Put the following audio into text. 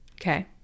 okay